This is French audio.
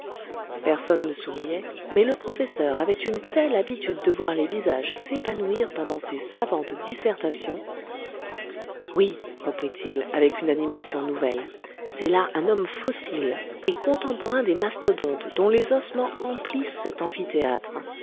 personne ne souriait mais le professeur avait une telle habitude de voir les visages s'épanouir pendant ses savantes dissertations oui reprit-il avec une animation nouvelle c'est là un homme fossile et contemporain des mastodontes dont les ossements emplissent cet amphithéâtre